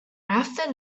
after